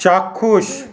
চাক্ষুষ